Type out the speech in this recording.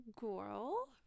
girl